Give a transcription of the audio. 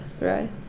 right